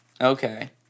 Okay